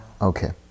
Okay